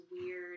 weird